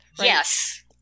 Yes